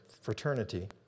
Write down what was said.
fraternity